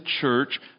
church